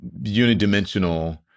unidimensional